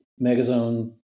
Megazone